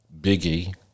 Biggie